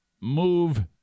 move